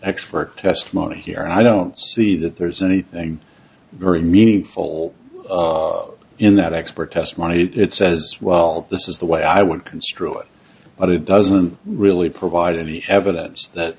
expert testimony here i don't see that there's anything very meaningful in that expert testimony that says well this is the way i want construe it but it doesn't really provide any evidence that